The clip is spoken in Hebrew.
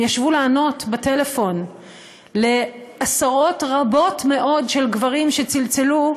הם ישבו לענות בטלפון לעשרות רבות מאוד של גברים שצלצלו.